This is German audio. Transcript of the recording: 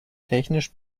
technisch